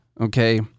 Okay